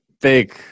big